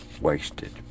wasted